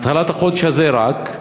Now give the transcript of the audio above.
רק מהתחלת החודש הזה 23